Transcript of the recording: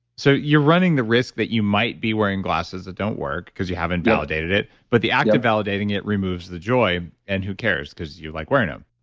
so you're running the risk that you might be wearing glasses that don't work because you haven't validated it but the act of validating it removes the joy. and who cares? because you like wearing them?